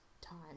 time